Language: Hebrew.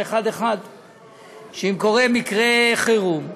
אם קורה מקרה חירום כלשהו,